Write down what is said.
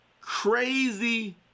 crazy